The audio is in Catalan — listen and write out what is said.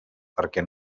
perquè